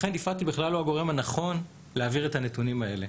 לכן יפעת היא בכלל לא הגורם הנכון להעביר את הנתונים האלה.